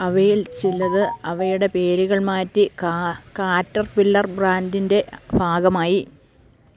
അവയിൽ ചിലത് അവയുടെ പേരുകൾ മാറ്റി കാ കാറ്റർപില്ലർ ബ്രാൻഡിന്റെ ഭാഗമായി